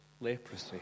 leprosy